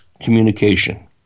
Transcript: communication